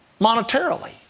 monetarily